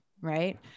right